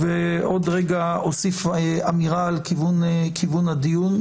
ועוד רגע אוסיף אמירה על כיוון הדיון,